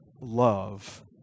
love